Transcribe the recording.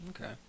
Okay